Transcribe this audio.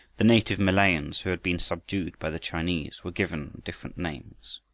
the native malayans who had been subdued by the chinese were given different names.